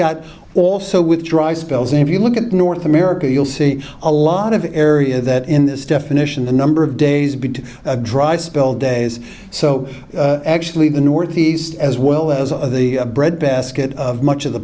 got also with dry spells if you look at north america you'll see a lot of the area that in this definition the number of days been to a dry spell days so actually the northeast as well as the breadbasket of much of the